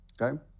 okay